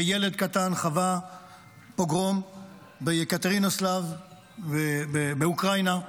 כילד קטן חווה פוגרום ביקטרינוסלב באוקראינה.